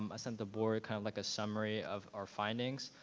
um i sent the board kind of like a summary of our findings.